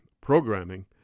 programming